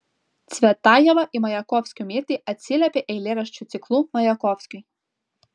cvetajeva į majakovskio mirtį atsiliepė eilėraščių ciklu majakovskiui